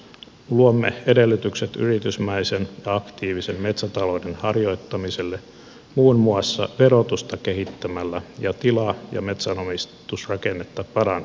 luomme edellytykset yritysmäisen ja aktiivisen metsätalouden harjoittamiselle muun muassa verotusta kehittämällä ja tila ja metsänomistusrakennetta parantamalla